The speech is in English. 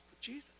Jesus